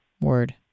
Word